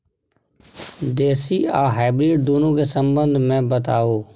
देसी आ हाइब्रिड दुनू के संबंध मे बताऊ?